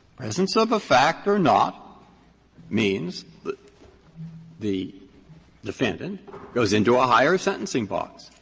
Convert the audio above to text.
presence of a fact or not means the the defendant goes into a higher sentencing box.